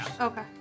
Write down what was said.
Okay